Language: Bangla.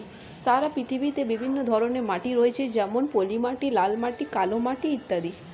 সারা পৃথিবীতে বিভিন্ন ধরনের মাটি রয়েছে যেমন পলিমাটি, লাল মাটি, কালো মাটি ইত্যাদি